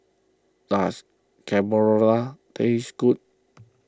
does Carbonara taste good